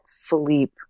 Philippe